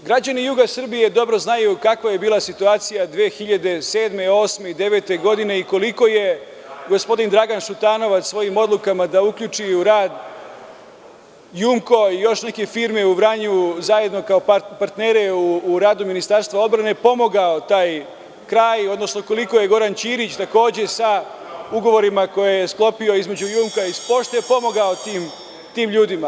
Građani juga Srbije dobro znaju kakva je bila situacija 2007, 2008. i 2009. godine i koliko je gospodin Dragan Šutanovac svojim odlukama da uključi u rad „Jumko“ i još neke firme u Vranju zajedno kao partnere u radu Ministarstva odbrane pomogao taj kraj, odnosno koliko je Goran Ćirić takođe sa ugovorima koje je sklopio između „Jumka“ i „Pošte“ pomogao tim ljudima.